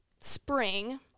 spring